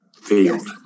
field